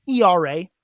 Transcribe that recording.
era